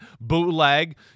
bootleg